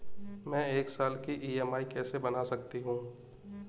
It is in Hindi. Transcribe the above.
मैं एक साल की ई.एम.आई कैसे बना सकती हूँ?